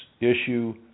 issue